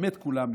באמת כולם,